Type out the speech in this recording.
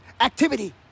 activity